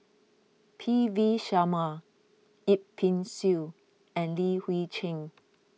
P V Sharma Yip Pin Xiu and Li Hui Cheng